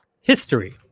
History